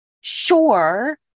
sure